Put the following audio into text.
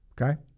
Okay